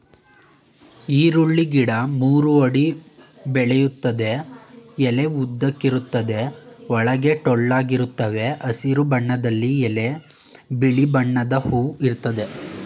ಈರುಳ್ಳಿ ಗಿಡ ಮೂರು ಅಡಿ ಬೆಳಿತದೆ ಎಲೆ ಉದ್ದಕ್ಕಿರುತ್ವೆ ಒಳಗೆ ಟೊಳ್ಳಾಗಿರ್ತವೆ ಹಸಿರು ಬಣ್ಣದಲ್ಲಿ ಎಲೆ ಬಿಳಿ ಬಣ್ಣದ ಹೂ ಇರ್ತದೆ